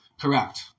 Correct